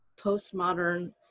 postmodern